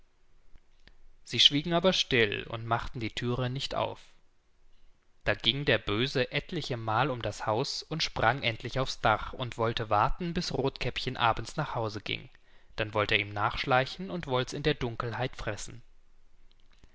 sie schwiegen aber still und machten die thüre nicht auf da ging der böse etlichemal um das haus und sprang endlich aufs dach und wollte warten bis rothkäppchen abends nach haus ging dann wollt er ihm nachschleichen und wollts in der dunkelheit fressen